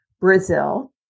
Brazil